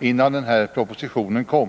innan den här propositionen kom.